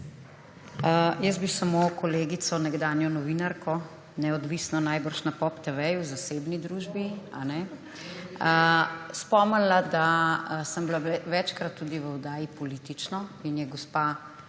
Jaz bi samo kolegico, nekdanjo novinarko, neodvisno najbrž, na Pop TV, v zasebni družbi, spomnila, da sem bila večkrat tudi v oddaji Politično in je gospa